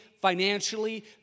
financially